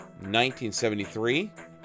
1973